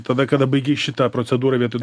tada kada baigei šitą procedūrą vietoj